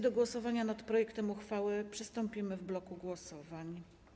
Do głosowania nad projektem uchwały przystąpimy w bloku głosowań.